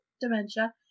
dementia